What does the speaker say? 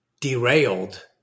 derailed